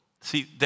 See